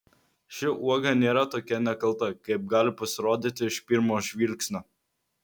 ši uoga nėra tokia nekalta kaip gali pasirodyti iš pirmo žvilgsnio